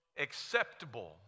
acceptable